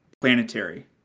planetary